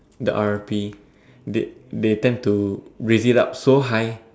the R_P they they tend to raise it up so high